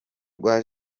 rwa